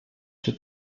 czy